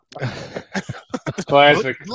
Classic